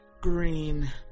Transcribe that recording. green